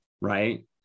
right